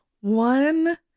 one